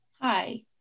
Hi